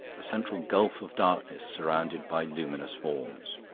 a central gulf of darkness surrounded by luminous forms.